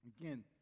Again